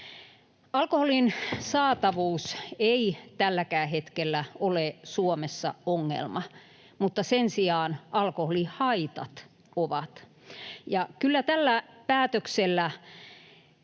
Alkoholin saatavuus ei tälläkään hetkellä ole Suomessa ongelma, mutta sen sijaan alkoholihaitat ovat. Kyllä tällä päätöksellä